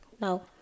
No